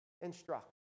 instruct